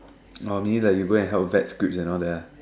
or maybe like you go help vet scripts and all that lah